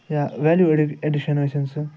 یا ویلو ایڈٕ ایڈِشن ٲسِن سۅ